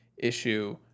issue